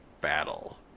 battle